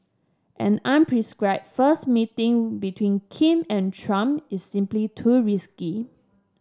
an unscripted first meeting between Kim and Trump is simply too risky